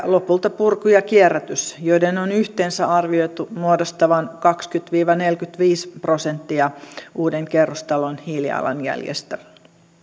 lopulta purku ja kierrätys joiden on yhteensä arvioitu muodostavan kaksikymmentä viiva neljäkymmentäviisi prosenttia uuden kerrostalon hiilijalanjäljestä